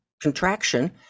contraction